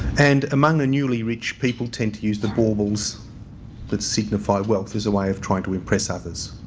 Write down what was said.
and among the newly reached people tend to use the baubles that signify wealth as a way of trying to impress others,